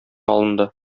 алынды